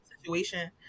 situation